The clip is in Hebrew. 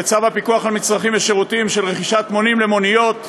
וצו הפיקוח על מצרכים ושירותים (רכישת מונים למוניות,